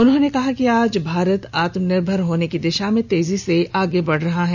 उन्होंने कहा कि आज भारत आत्मनिर्भर होने की दिशा में तेजी से आगे बढ़ रहा है